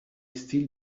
still